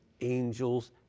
angels